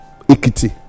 ikiti